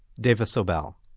dava sobel.